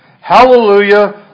hallelujah